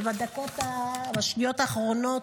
ובשניות האחרונות,